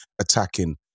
attacking